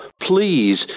please